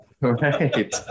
right